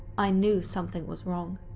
i knew something was wrong.